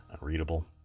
unreadable